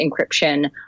encryption